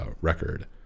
record